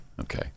Okay